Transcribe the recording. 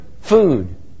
Food